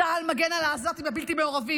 צה"ל מגן על העזתים הבלתי-מעורבים.